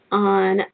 on